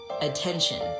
attention